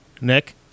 Nick